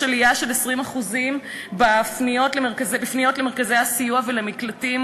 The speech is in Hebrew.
יש עלייה של 20% בפניות למרכזי הסיוע ולמקלטים